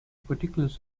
particulars